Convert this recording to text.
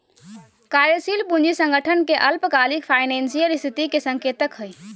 कार्यशील पूंजी संगठन के अल्पकालिक फाइनेंशियल स्थिति के संकेतक हइ